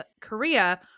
Korea